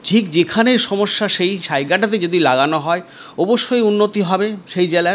ঠিক যেখানে সমস্যা সেই জায়গাটাতে যদি লাগানো হয় অবশ্যই উন্নতি হবে সেই জেলার